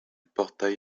portail